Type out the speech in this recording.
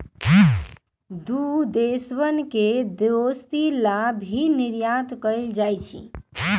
दु देशवन के दोस्ती ला भी निर्यात कइल जाहई